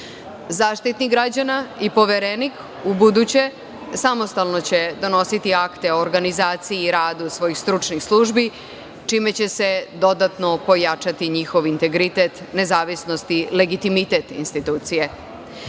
mandata.Zaštitnik građana i Poverenik ubuduće samostalno će donositi akte o organizaciji i radu svojih stručnih službi, čime će se dodatno pojačati njihov integritet nezavisnosti i legitimitet institucije. Unaprediće